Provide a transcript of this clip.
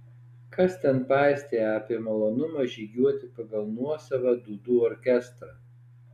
kas ten paistė apie malonumą žygiuoti pagal nuosavą dūdų orkestrą